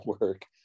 work